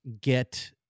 get